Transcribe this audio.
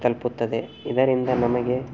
ತಲುಪುತ್ತದೆ ಇದರಿಂದ ನಮಗೆ